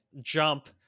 jump